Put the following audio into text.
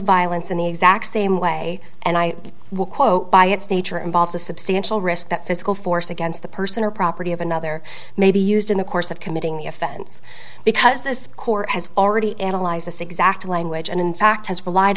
violence in the exact same way and i will quote by its nature involves a substantial risk that physical force against the person or property of another may be used in the course of committing the offense because this court has already analyzed this exact language and in fact has relied